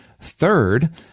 Third